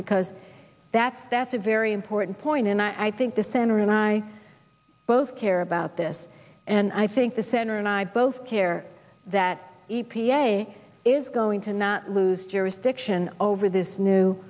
because that's that's a very important point and i think the center and i both care about this and i think the center and i both care that e p a is going to not lose jurisdiction over this new